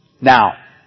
Now